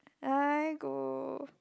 I go